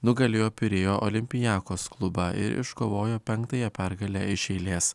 nugalėjo pirėjo olympiakos klubą ir iškovojo penktąją pergalę iš eilės